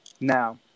Now